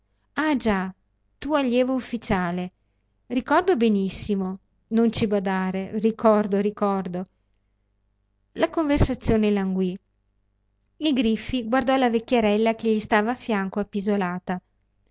ah già tu allievo ufficiale ricordo benissimo non ci badare ricordo ricordo la conversazione languì il griffi guardò la vecchierella che gli stava a fianco appisolata